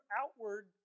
outward